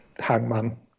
Hangman